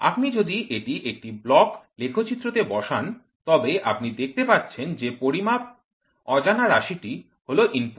আপনি যদি এটি একটি ব্লক লেখচিত্র তে বসান তবে আপনি দেখতে পাচ্ছেন যে পরিমাপ অজানা রাশিটি হল ইনপুট